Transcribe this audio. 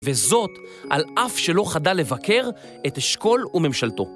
וזאת על אף שלא חדל לבקר את אשכול וממשלתו.